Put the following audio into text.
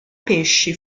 pesci